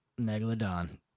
Megalodon